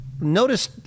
notice